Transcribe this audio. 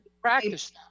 practice